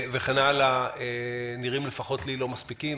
וכן הלאה, נראים לי לפחות לא מספקים.